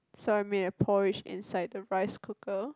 so I made a porridge inside the rice cooker